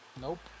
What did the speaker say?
Nope